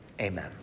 Amen